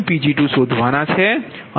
તેથી તમારે Pg1 Pg2 શોધવાના છે